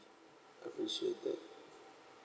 appreciate it